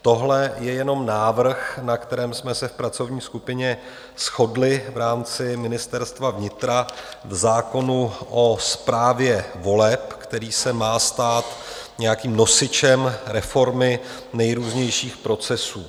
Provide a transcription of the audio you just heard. Tohle je jenom návrh, na kterém jsme se v pracovní skupině shodli v rámci Ministerstva vnitra v zákonu o správě voleb, který se má stát nějakým nosičem reformy nejrůznějších procesů.